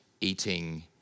eating